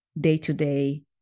day-to-day